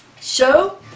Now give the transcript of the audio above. show